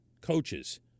coaches